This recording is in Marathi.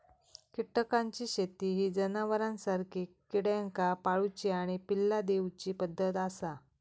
कीटकांची शेती ही जनावरांसारखी किड्यांका पाळूची आणि पिल्ला दिवची पद्धत आसा